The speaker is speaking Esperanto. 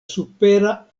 supera